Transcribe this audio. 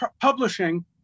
publishing